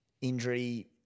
Injury